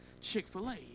Chick-fil-a